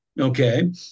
okay